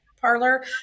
parlor